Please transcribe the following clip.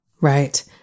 Right